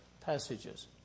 passages